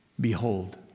behold